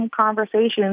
conversations